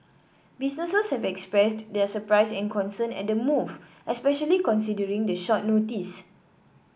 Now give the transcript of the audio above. businesses have expressed their surprise and concern at the move especially considering the short notice